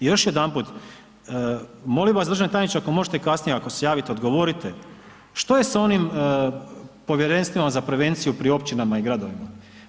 I još jedanput, molim vas državni tajniče ako možete kasnije ako se javite, odgovorite što je s onim povjerenstvima za prevenciju pri općinama i gradovima?